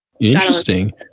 Interesting